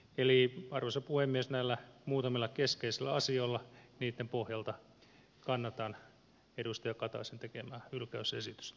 eli arvoisa puhemies näiden muutamien keskeisten asioiden pohjalta kannatan edustaja kataisen tekemää hylkäysesitystä